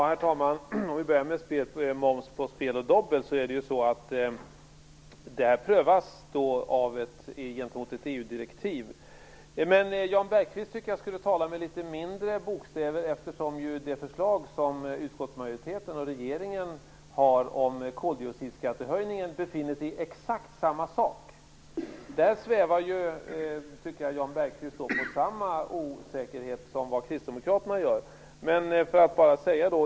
Herr talman! Låt mig börja med moms på spel och dobbel. Det prövas gentemot ett EU-direktiv. Jag tycker att Jan Bergqvist skulle tala med litet mindre bokstäver, eftersom det förslag som utskottsmajoriteten och regeringen har om koldioxidskattehöjningen befinner sig i exakt samma situation. Där svävar Jan Bergqvist i samma osäkerhet som Kristdemokraterna gör.